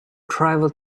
tribal